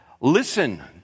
listen